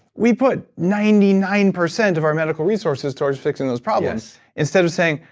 we put ninety nine percent of our medical resources towards fixing those problems instead of saying,